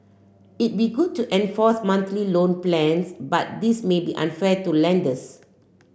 it'd be good to enforce monthly loan plans but this may be unfair to lenders